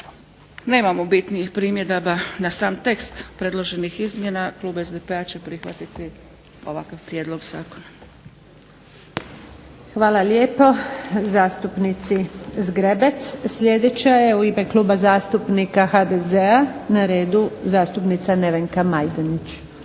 nemamo bitnijih primjedaba na sam tekst predloženih izmjena klub SDP-a će prihvatiti ovakav prijedlog zakona. **Antunović, Željka (SDP)** Hvala lijepo zastupnici Zgrebec. Sljedeća je u ime Kluba zastupnika HDZ-a na redu zastupnica Nevenka Majdenić.